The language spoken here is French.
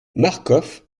marcof